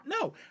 No